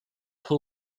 who